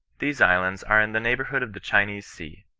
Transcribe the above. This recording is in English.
these islands are in the neighbourhood of the chinese sea.